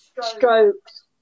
strokes